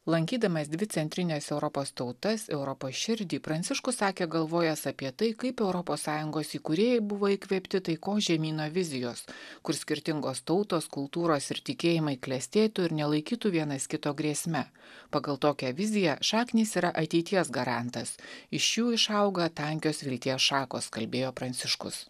lankydamas dvi centrinės europos tautas europos širdį pranciškus sakė galvojęs apie tai kaip europos sąjungos įkūrėjai buvo įkvėpti taikos žemyno vizijos kur skirtingos tautos kultūros ir tikėjimai klestėtų ir nelaikytų vienas kito grėsme pagal tokią viziją šaknys yra ateities garantas iš jų išauga tankios vilties šakos kalbėjo pranciškus